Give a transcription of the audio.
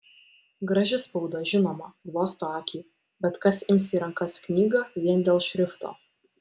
graži spauda žinoma glosto akį bet kas ims į rankas knygą vien dėl šrifto